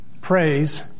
praise